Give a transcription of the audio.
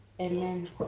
amen